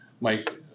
mike